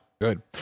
Good